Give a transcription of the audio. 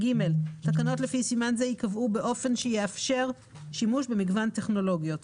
תקנות לפי סימן זה ייקבעו באופן שיאפשר שימוש במגוון טכנולוגיות.